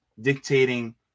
dictating